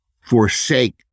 forsake